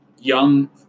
young